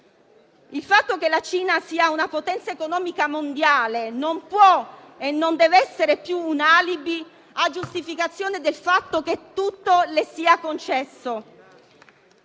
Il fatto che la Cina sia una potenza economica mondiale non può e non deve essere più un alibi a giustificazione del fatto che tutto le sia concesso.